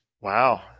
Wow